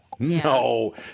No